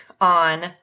on